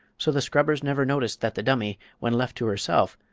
so the scrubbers never noticed that the dummy, when left to herself,